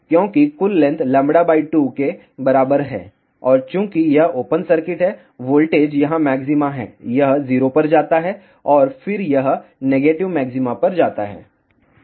क्योंकि कुल लेंथ λ 2 के बराबर है और चूंकि यह ओपन सर्किट है वोल्टेज यहाँ मैक्सिमा है यह 0 पर जाता है और फिर यह नेगेटिव मैक्सिमा पर जाता है